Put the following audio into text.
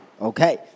okay